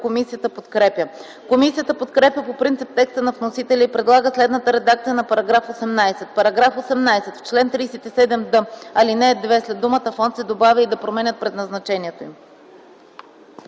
Комисията подкрепя по принцип текста на вносителя и предлага следната редакция на § 18: „§ 18. В чл. 37д, ал. 2 след думата „фонд” се добавя „и да променят предназначението им”.”